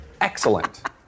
excellent